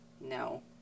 No